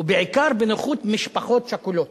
ובעיקר בנוכחות משפחות שכולות,